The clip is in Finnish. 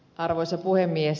arvoisa puhemies